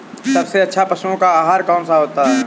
सबसे अच्छा पशुओं का आहार कौन सा होता है?